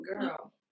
girl